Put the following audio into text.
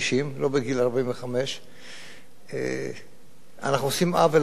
לא בגיל 45. אתה מיוחד,